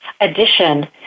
addition